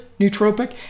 nootropic